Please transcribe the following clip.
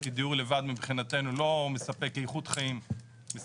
כי דיור לבד מבחינתנו לא מספק איכות חיים מספקת.